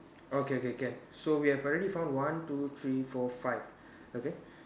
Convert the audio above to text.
okay okay can so we have already found one two three four five okay